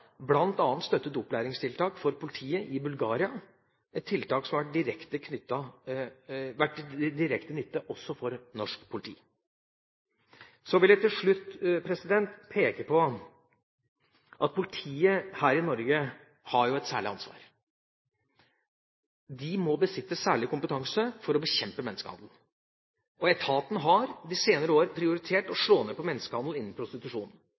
støttet opplæringstiltak for politiet i Bulgaria, et tiltak som har vært til direkte nytte også for norsk politi. Så vil jeg til slutt peke på at politiet her i Norge jo har et særlig ansvar. De må besitte særskilt kompetanse for å bekjempe menneskehandel. Etaten har de senere år prioritert å slå ned på menneskehandel innen prostitusjon.